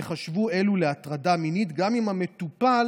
ייחשבו אלו להטרדה מינית גם אם המטופל